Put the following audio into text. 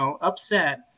upset